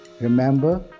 Remember